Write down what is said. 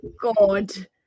God